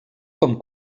com